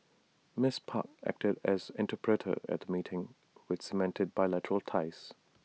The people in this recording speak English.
miss park acted as interpreter at meeting which cemented bilateral ties